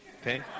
Okay